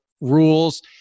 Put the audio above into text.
rules